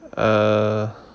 err